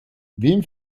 wem